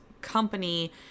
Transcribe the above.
company